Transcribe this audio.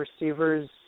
receivers